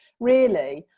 really.